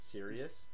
Serious